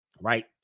Right